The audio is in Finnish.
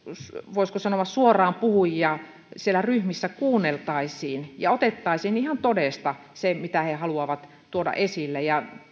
voisiko sanoa suoraanpuhujia siellä ryhmissä kuunneltaisiin ja otettaisiin ihan todesta se mitä he haluavat tuoda esille